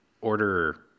order